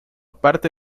parte